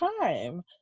time